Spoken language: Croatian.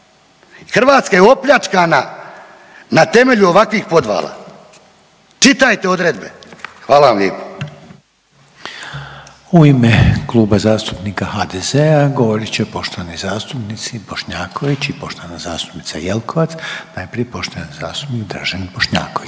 Hrvatska je opljačkana na temelju ovakvih podvala. Čitajte odredbe. Hvala vam lijepo.